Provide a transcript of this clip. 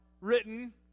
written